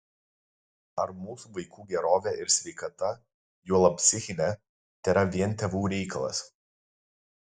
ar mūsų vaikų gerovė ir sveikata juolab psichinė tėra vien tėvų reikalas